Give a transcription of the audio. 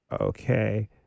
Okay